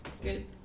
good